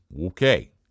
Okay